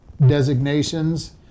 designations